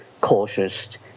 cautious